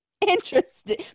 Interesting